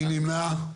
מי נמנע?